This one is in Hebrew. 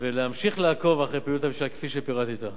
ולהמשיך לעקוב אחר פעילות הממשלה כפי שפירטתי אותה.